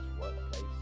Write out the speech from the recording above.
workplace